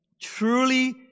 truly